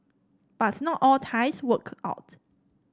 but not all ties work out